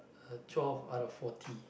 uh twelve out of forty